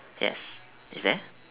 yes is there